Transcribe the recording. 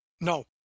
No